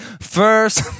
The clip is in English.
first